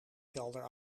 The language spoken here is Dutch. kelder